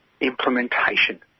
implementation